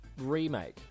remake